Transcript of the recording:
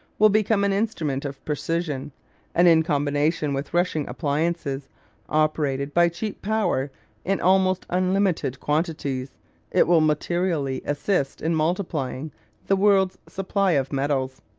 will become an instrument of precision and in combination with rushing appliances operated by cheap power in almost unlimited quantities it will materially assist in multiplying the world's supply of metals.